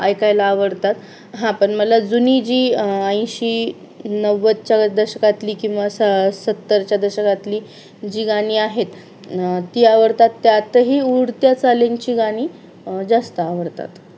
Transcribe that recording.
ऐकायला आवडतात हां पण मला जुनी जी ऐंशी नव्वदच्या दशकातली किंवा सा सत्तरच्या दशकातली जी गाणी आहेत ती आवडतात त्यातही उडत्या चालींची गाणी जास्त आवडतात